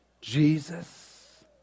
Jesus